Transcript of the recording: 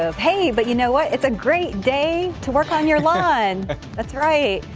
ah pay, but you know what it's a great day to work on your life and that's right.